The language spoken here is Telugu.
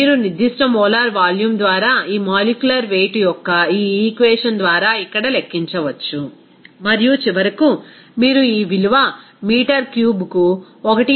మీరు నిర్దిష్ట మోలార్ వాల్యూమ్ ద్వారా ఈ మాలిక్యులర్ వెయిట్ యొక్క ఈ ఈక్వేషన్ ద్వారా ఇక్కడ లెక్కించవచ్చు మరియు చివరకు మీరు ఈ విలువ మీటరు క్యూబ్కు 1